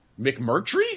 McMurtry